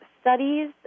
studies